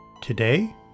Today